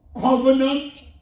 covenant